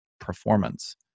performance